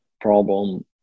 problem